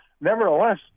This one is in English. nevertheless